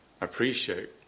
appreciate